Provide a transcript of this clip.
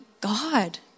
God